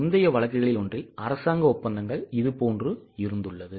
முந்தைய வழக்குகளில் ஒன்றில் அரசாங்க ஒப்பந்தங்கள் இது போன்று இருந்துள்ளது